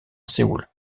séoul